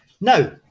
Now